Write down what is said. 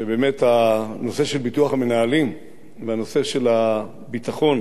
הנושא של ביטוח המנהלים והנושא של הביטחון